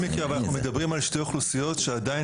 אנחנו מדברים על שתי אוכלוסיות שעדיין